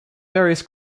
various